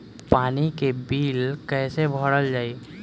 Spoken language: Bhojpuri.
पानी के बिल कैसे भरल जाइ?